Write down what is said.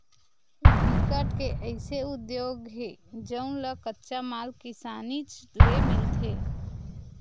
बिकट के अइसे उद्योग हे जउन ल कच्चा माल किसानीच ले मिलथे